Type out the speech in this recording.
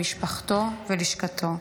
ממשפחתו ומלשכתו.